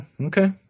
okay